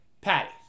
Patty